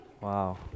Wow